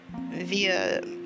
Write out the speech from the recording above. via